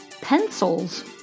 pencils